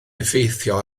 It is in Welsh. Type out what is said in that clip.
effeithio